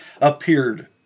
appeared